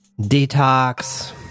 detox